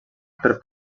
per